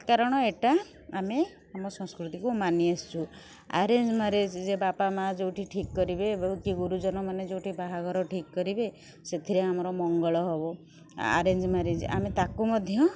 କାରଣ ଏଟା ଆମେ ଆମ ସଂସ୍କୃତିକୁ ମାନି ଆସିଛୁ ଆରେଞ୍ଜ୍ ମ୍ୟାରେଜ୍ ଯେ ବାପା ମାଆ ଯେଉଁଠି ଠିକ୍ କରିବେ ଏବଂ କି ଗୁରୁଜନମାନେ ଯେଉଁଠି ବାହାଘର ଠିକ୍ କରିବେ ସେଥିରେ ଆମର ମଙ୍ଗଳ ହେବ ଆରେଞ୍ଜ୍ ମ୍ୟାରେଜ୍ ଆମେ ତାକୁ ମଧ୍ୟ